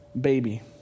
baby